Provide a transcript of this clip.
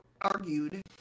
argued